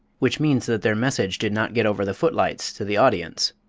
which means that their message did not get over the foot-lights to the audience.